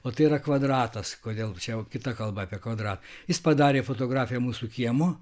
o tai yra kvadratas kodėl čia kita kalba apie kvadratą jis padarė fotografiją mūsų kiemo